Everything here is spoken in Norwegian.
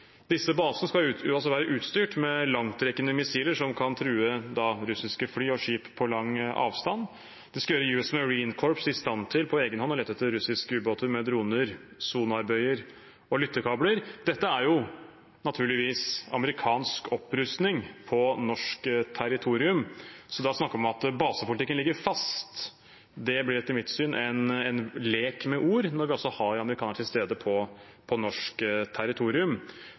disse basene skal være utstyrt med langtrekkende missiler som kan true russiske fly og skip på lang avstand. De skal gjøre US Marine Corps i stand til på egen hånd å lete etter russiske ubåter med droner, sonarbøyer og lyttekabler. Dette er naturligvis amerikansk opprustning på norsk territorium. Da å snakke om at basepolitikken ligger fast, blir etter mitt syn en lek med ord når vi har amerikanerne til stede på norsk territorium.